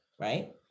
right